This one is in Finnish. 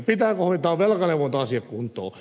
pitääkö hoitaa velkaneuvonta asiat kuntoon